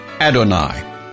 Adonai